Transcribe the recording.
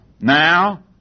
Now